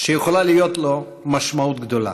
שיכולה להיות לו משמעות גדולה.